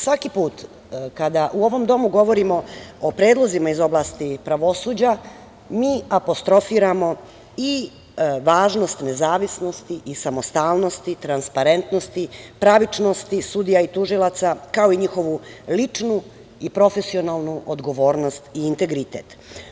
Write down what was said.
Svaki put kada u ovom domu govorimo o predlozima iz oblasti pravosuđa, mi apostrofiramo i važnost nezavisnosti i samostalnosti, transparentnosti, pravičnosti sudija i tužilaca, kao i njihovu ličnu i profesionalnu odgovornost i integritet.